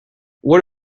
what